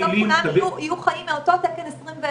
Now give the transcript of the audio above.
מנהלת הוועדה כותבת לי רשימה,